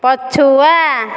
ପଛୁଆ